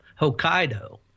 Hokkaido